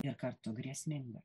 ir kartu grėsminga